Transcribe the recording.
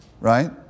right